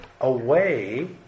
away